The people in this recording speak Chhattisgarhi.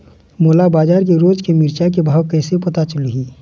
मोला बजार के रोज के मिरचा के भाव कइसे पता चलही?